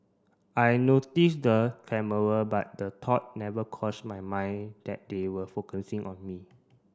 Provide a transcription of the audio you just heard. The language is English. I noticed the camera but the thought never crossed my mind that they were focusing on me